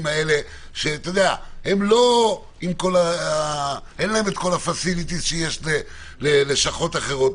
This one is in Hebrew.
שהם לא עם כל האפשרויות שיש ללשכות אחרות